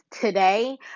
today